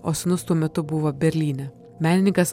o sūnus tuo metu buvo berlyne menininkas